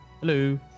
Hello